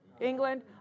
England